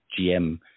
GM